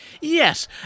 Yes